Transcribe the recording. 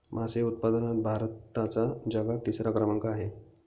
मासे उत्पादनात भारताचा जगात तिसरा क्रमांक आहे